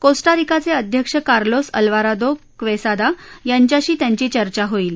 Costa रिकाचे अध्यक्ष Carlos Alvarado Quesada यांच्याशी त्यांची चर्चा होईल